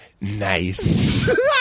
nice